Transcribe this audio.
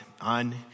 on